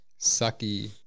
Sucky